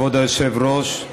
כבוד היושב-ראש,